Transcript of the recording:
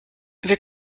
wir